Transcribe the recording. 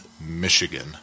Michigan